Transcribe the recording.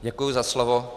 Děkuji za slovo.